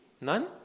None